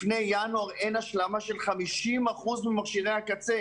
לפני ינואר אין השלמה של 50% ממכשירי הקצה,